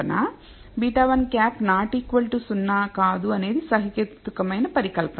0 కాదు అనేది సహేతుకమైన పరికల్పన